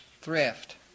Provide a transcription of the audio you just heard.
thrift